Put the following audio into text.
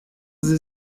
sie